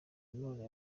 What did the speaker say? none